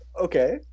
okay